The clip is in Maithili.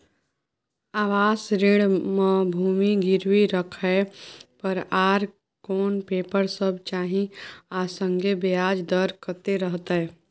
आवास ऋण म भूमि गिरवी राखै पर आर कोन पेपर सब चाही आ संगे ब्याज दर कत्ते रहते?